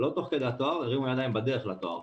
לא תוך כדי התואר, הרימו ידיים בדרך לתואר,